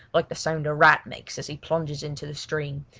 like the sound a rat makes as he plunges into the stream,